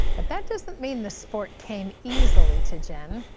but that doesn't mean this sport came easily to jen.